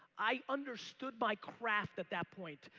i understood my craft at that point.